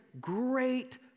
great